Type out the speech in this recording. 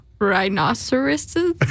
Rhinoceroses